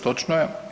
Točno je.